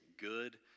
good